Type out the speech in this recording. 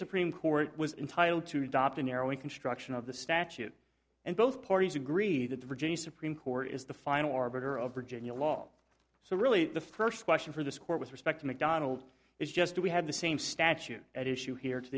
supreme court was entitled to adopt a narrowing construction of the statute and both parties agree that the virginia supreme court is the final arbiter of virginia law so really the first question for this court with respect to mcdonald is just do we have the same statute at issue here to